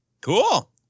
Cool